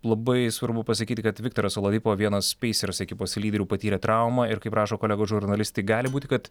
labai svarbu pasakyti kad viktoras olavipo vienas peisers ekipos lyderių patyrė traumą ir kaip rašo kolegos žurnalistai gali būti kad